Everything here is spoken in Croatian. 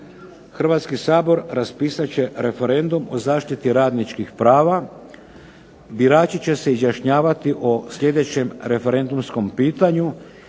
Hrvatski sabor raspisat će referendum o zaštiti radničkih prava, birači će se izjašnjavati o sljedećem referendumskom pitanju